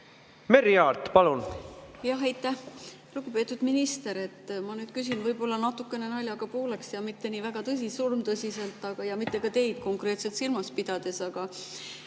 Merry Aart, palun! Jah, aitäh! Lugupeetud minister! Ma nüüd küsin võib-olla natukene naljaga pooleks ja mitte nii väga tõsiselt, surmtõsiselt, ja ka mitte teid konkreetselt silmas pidades. Aga